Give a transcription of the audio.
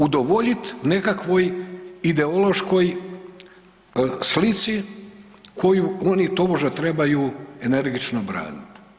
Udovoljit nekakvoj ideološkoj slici koju oni tobože trebaju energično braniti.